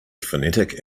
phonetic